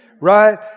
Right